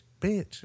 Bitch